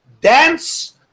dance